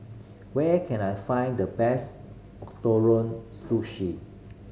where can I find the best Ootoro Sushi